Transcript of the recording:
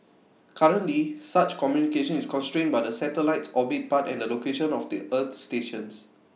currently such communication is constrained by the satellite's orbit path and the location of the earth stations